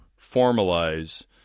formalize